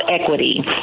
equity